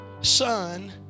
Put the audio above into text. son